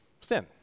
sin